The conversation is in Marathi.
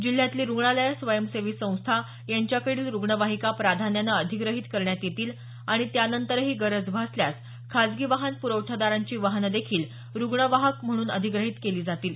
जिल्ह्यांतली रुग्णालयं स्वयंसेवी संस्था यांच्याकडील रुग्णवाहिका प्राधान्यानं अधिग्रहीत करण्यात येतील आणि त्यानंतरही गरज भासल्यास खासगी वाहन पुरवठादारांची वाहनंदेखील रुग्णवाहक वाहन म्हणून अधिग्रहीत केली जातील